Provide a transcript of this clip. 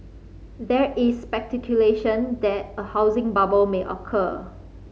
there is speculation that a housing bubble may occur